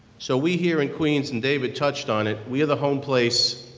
so we here in queens, and david touched on it. we are the homeplace,